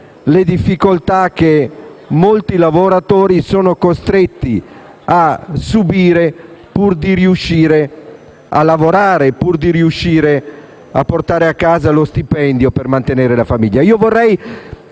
le difficoltà che molti lavoratori sono costretti a subire pur di riuscire a lavorare e portare a casa lo stipendio per mantenere la famiglia.